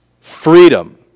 freedom